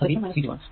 അത് V1 V2 ആണ്